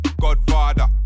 Godfather